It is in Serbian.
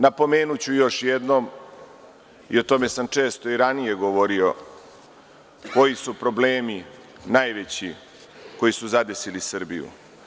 Napomenuću još jednom, o tome sam često i ranije govorio, koji su problemi najveći koji su zadesili Srbiju.